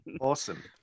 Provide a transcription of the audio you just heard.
awesome